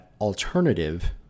alternative